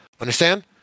Understand